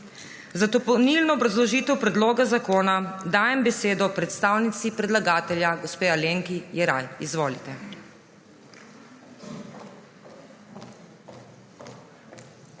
Za dopolnilno obrazložitev predloga zakona dajem besedo predstavnici predlagatelja gospe Alenki Jeraj. Izvolite.